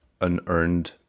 unearned